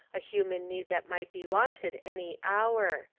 a human need that might be wanted any hour.